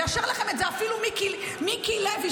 יאשר לכם את זה אפילו מיקי לוי,